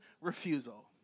refusal